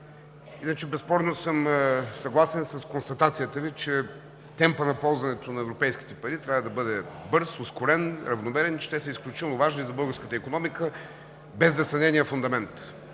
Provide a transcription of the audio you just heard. трета. Безспорно съм съгласен с констатацията Ви, че темпът на ползването на европейските пари трябва да бъде бърз, ускорен, равномерен, че те са изключително важни за българската икономика, без да са нейният фундамент.